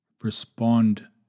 respond